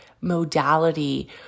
modality